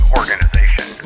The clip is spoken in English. organization